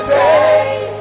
days